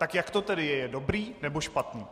Tak jak to tedy je je dobrý, nebo špatný?